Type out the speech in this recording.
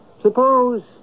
Suppose